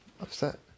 upset